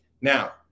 Now